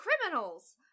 criminals